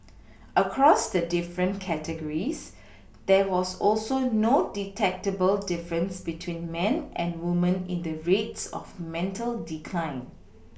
across the different categories there was also no detectable difference between men and women in the rates of mental decline